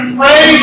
pray